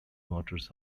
motors